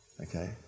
Okay